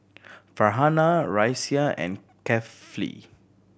Farhanah Raisya and Kefli